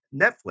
Netflix